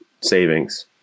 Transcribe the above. savings